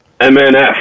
MNF